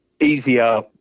easier